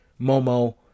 Momo